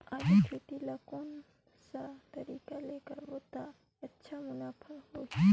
आलू खेती ला कोन सा तरीका ले करबो त अच्छा मुनाफा होही?